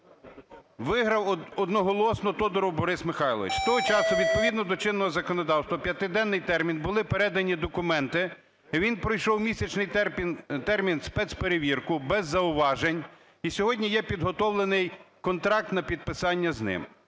Виграв одноголосно Тодуров Борис Михайлович. З того часу відповідно до чинного законодавства у п'ятиденний термін були передані документи. Він пройшов місячний термін спецперевірку без зауважень. І сьогодні є підготовлений контракт на підписання з ним.